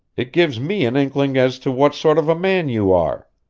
it gives me an inkling as to what sort of man you are.